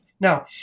Now